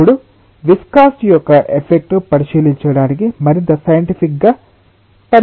ఇప్పుడు విస్కాసిటి యొక్క ఎఫెక్ట్స్ ను పరిశీలించడానికి మరింత సైంటిఫిక్ గా పరిశీలిస్తాము